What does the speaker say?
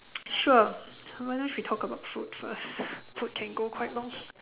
sure maybe if we talk about food first food can go quite long